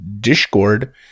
Discord